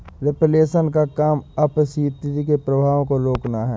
reflation का काम अपस्फीति के प्रभावों को रोकना है